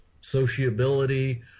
sociability